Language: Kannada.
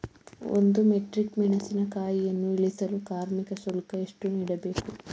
ಒಂದು ಮೆಟ್ರಿಕ್ ಮೆಣಸಿನಕಾಯಿಯನ್ನು ಇಳಿಸಲು ಕಾರ್ಮಿಕ ಶುಲ್ಕ ಎಷ್ಟು ನೀಡಬೇಕು?